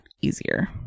easier